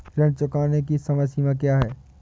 ऋण चुकाने की समय सीमा क्या है?